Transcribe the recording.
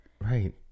right